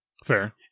Fair